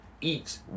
eats